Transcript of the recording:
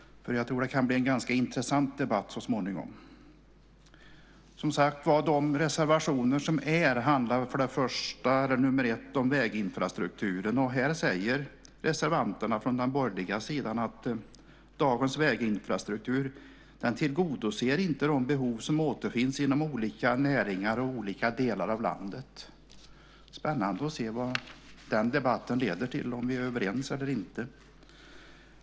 Jag tror att det kan bli en ganska intressant debatt. Reservation 1 handlar om väginfrastrukturen. Här säger reservanterna från den borgerliga sidan att dagens väginfrastruktur inte tillgodoser de behov som finns inom olika näringar i olika delar av landet. Det ska bli spännande att höra vad den debatten leder till, om vi är överens eller inte.